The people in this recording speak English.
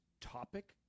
topic